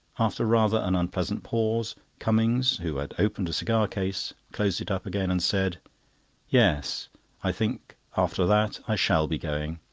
after rather an unpleasant pause, cummings, who had opened a cigar-case, closed it up again and said yes i think, after that, i shall be going,